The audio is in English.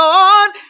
Lord